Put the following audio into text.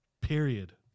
Period